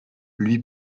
lui